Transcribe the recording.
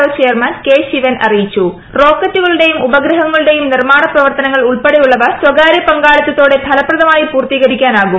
O റോക്കറ്റുകളുടെയും ഉപഗ്രഹങ്ങളുടെയും നിർമ്മാണപ്രവർത്തനങ്ങൾ ഉൾപ്പെടെയുളളവ സ്വകാര്യ പങ്കാളിത്തതോടെ ഫലപ്രദമായി പൂർത്തീകരിക്കാനാകും